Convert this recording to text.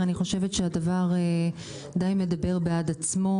אני חושבת שהדבר די מדבר בעד עצמו.